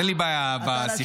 אין לי בעיה בשיחה,